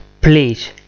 please